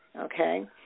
okay